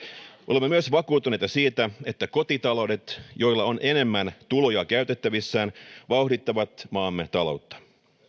olemme myös vakuuttuneita siitä että kotita loudet joilla on enemmän tuloja käytettävissään vauhdittavat maamme taloutta